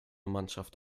mannschaft